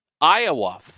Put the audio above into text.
Iowa